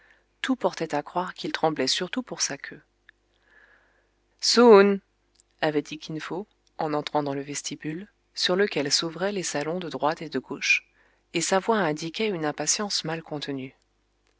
tout portait à croire qu'il tremblait surtout pour sa queue soun avait dit kin fo en entrant dans le vestibule sur lequel s'ouvraient les salons de droite et de gauche et sa voix indiquait une impatience mal contenue